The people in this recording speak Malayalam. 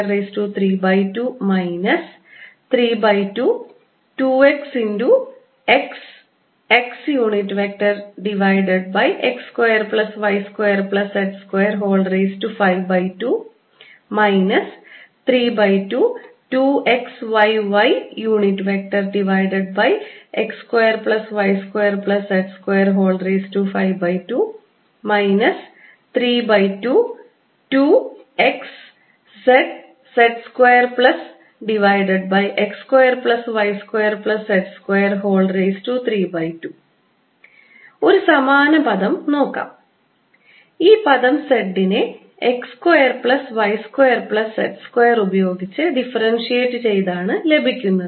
xxx2y2z252 322xyyx2y2z252 322xzzx2y2z252 ഒരു സമാനപദം നോക്കാം ഈ പദം z നെ x square plus y square plus z square ഉപയോഗിച്ച് ഡിഫറൻഷിയേറ്റ് ചെയ്താണ് ലഭിക്കുന്നത്